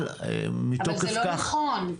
אבל זה לא נכון.